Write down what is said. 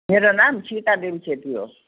मेरो नाम सीता देवी छेत्री हो